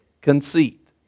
conceit